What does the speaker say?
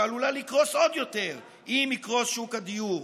שעלולה לקרוס עוד יותר אם יקרוס שוק הדיור.